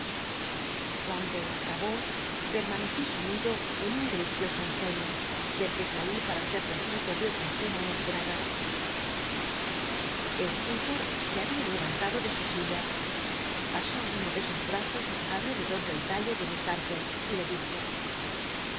cuando acabó permaneci sumido en un delicioso ensueño del que sali para set testigo de otra escena inespetada sl eerforth se babia lel'anl rdo de su silla pasó uno de sus brazos alrededor del talle de miss darl le y le dijo